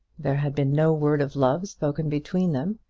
there had been no word of love spoken between them.